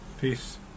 peace